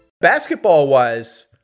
Basketball-wise